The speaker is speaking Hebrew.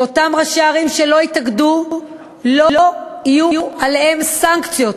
שאותם ראשי ערים שלא התאגדו לא יהיו עליהם סנקציות,